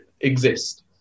exist